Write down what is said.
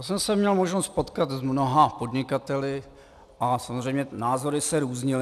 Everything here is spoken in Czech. Já jsem se měl možnost potkat s mnoha podnikateli a samozřejmě názory se různily.